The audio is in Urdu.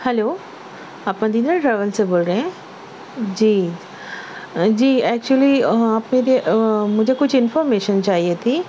ہلو آپ مدینہ ٹریولس سے بول رہے ہیں جی جی ایکچولی آپ مجھے کچھ انفارمیشن چاہئے تھی